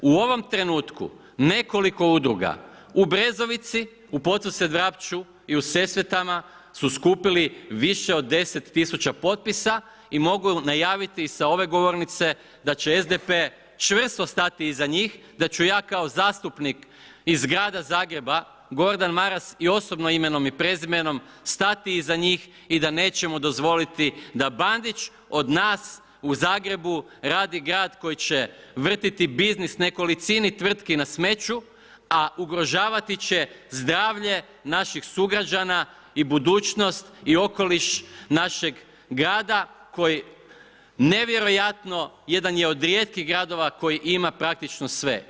U ovom trenutku nekoliko udruga u Brezovici, u Podsused-Vrapču i u Sesvetama su skupili više od 10 tisuća potpisa i mogu najaviti sa ove govornice da će SDP čvrsto stati iza njih i da ću ja kao zastupnik iz grada Zagreba, Gordan Maras i osobno imenom i prezimenom stati iza njih i da ne ćemo dozvoliti da Bandić od nas u Zagrebu radi grad koji će vrtiti biznis nekolicini tvrtki na smeću, a ugrožavati će zdravlje naših sugrađana i budućnost i okoliš našeg grada koji nevjerojatno, jedan je od rijetkih gradova koji ima praktično sve.